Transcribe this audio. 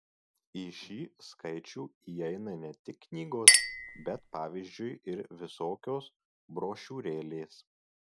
į šį skaičių įeina ne tik knygos bet pavyzdžiui ir visokios brošiūrėlės